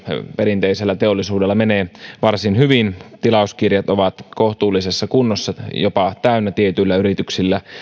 perinteisellä teollisuudella menee varsin hyvin tilauskirjat ovat kohtuullisessa kunnossa jopa täynnä tietyillä yrityksillä